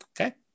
Okay